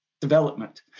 development